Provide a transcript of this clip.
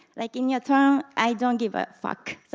like in your terms, i don't give a fuck.